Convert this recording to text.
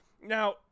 Now